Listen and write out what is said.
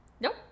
Nope